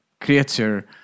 creature